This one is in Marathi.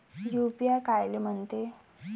यू.पी.आय कायले म्हनते?